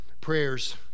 prayers